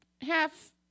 half